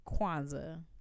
Kwanzaa